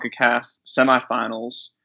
semifinals